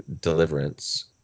deliverance